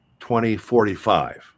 2045